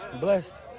blessed